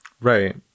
Right